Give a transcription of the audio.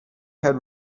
had